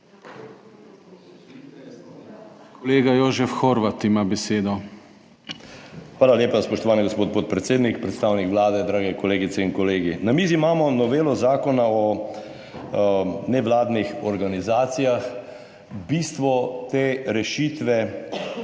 **JOŽEF HORVAT (PS NSi):** Hvala lepa, spoštovani gospod podpredsednik, predstavnik Vlade, drage kolegice in kolegi! Na mizi imamo novelo Zakona o nevladnih organizacijah. Bistvo te rešitve